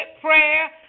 prayer